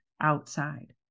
outside